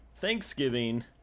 thanksgiving